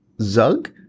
Zug